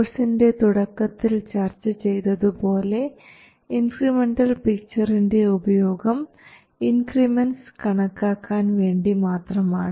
കോഴ്സിൻറെ തുടക്കത്തിൽ ചർച്ച ചെയ്തതുപോലെ ഇൻക്രിമെൻറൽ പിക്ചറിൻറെ ഉപയോഗം ഇൻക്രിമെൻറ്സ് കണക്കാക്കാൻ വേണ്ടി മാത്രമാണ്